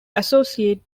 associate